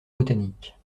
botaniques